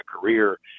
career